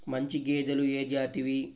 మంచి గేదెలు ఏ జాతివి?